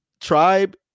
Tribe